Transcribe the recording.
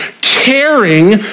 caring